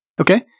Okay